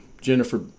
Jennifer